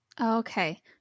Okay